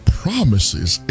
promises